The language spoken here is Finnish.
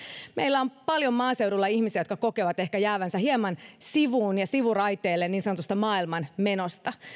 meillä on paljon maaseudulla ihmisiä jotka kokevat ehkä jäävänsä hieman sivuun ja sivuraiteille niin sanotusta maailmanmenosta